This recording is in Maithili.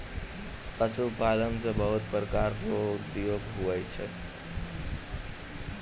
पशुपालन से बहुत प्रकार रो उद्योग हुवै छै